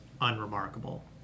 unremarkable